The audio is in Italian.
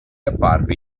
apparve